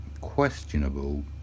questionable